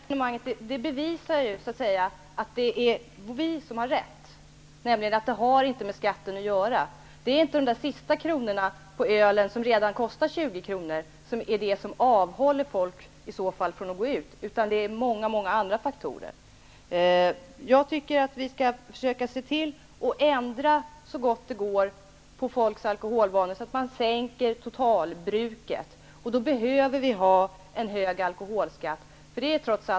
Herr talman! Detta bevisar att det är vi som har rätt, nämligen att detta inte har med skatten att göra. Det är inte de sista kronorna på ölen, som redan kostar 20 kr., som är det som avhåller folk från att gå ut, utan det är många andra faktorer. Jag tycker att vi skall försöka se till att så gott det går ändra på folks alkoholvanor, så att totalbruket minskar. Då behöver vi ha en hög alkoholskatt.